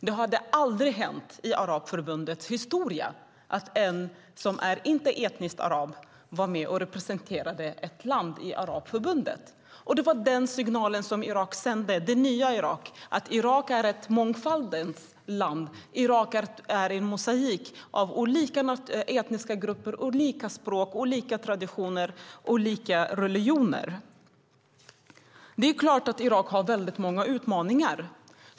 Det hade aldrig hänt i Arabförbundets historia att en person som inte är etnisk arab var med och representerade ett land i Arabförbundet. Det var den signalen som det nya Irak sände. Irak är ett mångfaldens land. Irak är en mosaik av olika etniska grupper, olika språk, olika traditioner och olika religioner. Det är klart att Irak har väldigt många utmaningar.